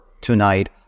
tonight